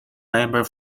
member